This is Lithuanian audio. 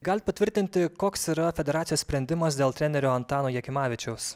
galit patvirtinti koks yra federacijos sprendimas dėl trenerio antano jakimavičiaus